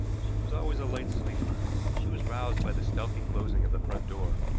she was always a light sleeper. she was roused by the stealthy closing of the front door,